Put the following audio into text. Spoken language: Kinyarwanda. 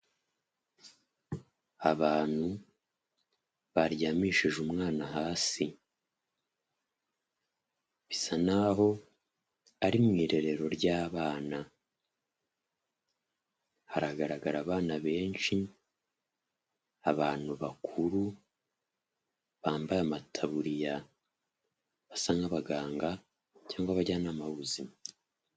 Abantu baryamishije umwana hasi, bisa naho ari mu irerero ry'abana; haragaragara abana benshi, abantu bakuru bambaye amataburiya basa nk'abaganga cyangwa abajyanama b'ubuzima.